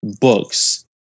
books